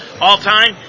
All-time